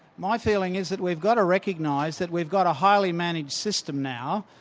my feeling is that we've got to recognise that we've got a highly managed system now,